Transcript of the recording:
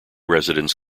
residents